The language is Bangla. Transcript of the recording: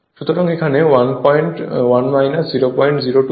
সুতরাং এখানে 1 002 002 স্লিপ হবে